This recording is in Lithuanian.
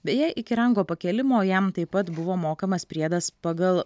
beje iki rango pakėlimo jam taip pat buvo mokamas priedas pagal